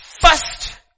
first